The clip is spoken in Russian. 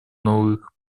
новых